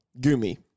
Gumi